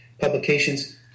publications